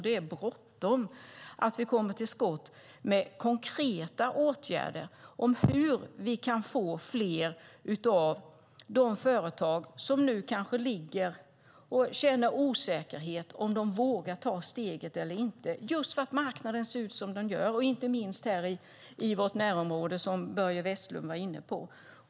Det är bråttom att vi kommer till skott med konkreta åtgärder för hur vi kan få ut fler av de företag som nu kanske känner osäkerhet över om de vågar ta steget eller inte, just för att marknaden ser ut som den gör - inte minst i vårt närområde, vilket Börje Vestlund var inne på.